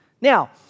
Now